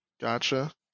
Gotcha